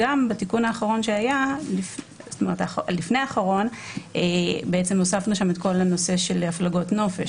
בתיקון לפני האחרון שהיה הוספנו את הנושא של הפלגות נופש,